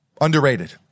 Underrated